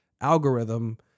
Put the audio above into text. algorithm